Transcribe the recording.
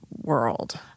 World